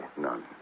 None